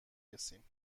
رسیم